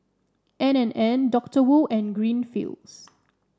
N and N Doctor Wu and Greenfields